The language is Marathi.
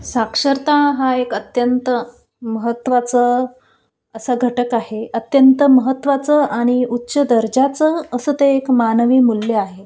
साक्षरता हा एक अत्यंत महत्त्वाचं असा घटक आहे अत्यंत महत्त्वाचं आणि उच्च दर्जाचं असं ते एक मानवी मूल्य आहे